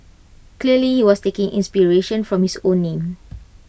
clearly he was taking inspiration from his own name